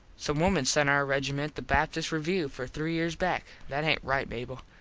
some wimen sent our regiment the baptist review for three years back. that aint right mable.